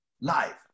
life